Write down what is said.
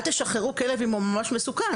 אל תשחררו כלב אם הוא ממש מסוכן'.